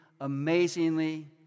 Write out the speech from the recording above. amazingly